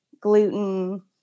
gluten